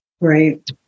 right